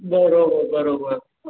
બરાબર બરાબર